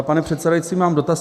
Pane předsedající, mám dotaz.